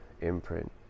imprint